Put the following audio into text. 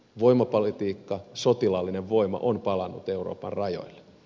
voimapolitiikka sotilaallinen voima on palannut euroopan rajoille